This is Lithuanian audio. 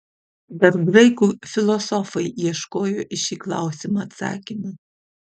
dar graikų filosofai ieškojo į šį klausimą atsakymo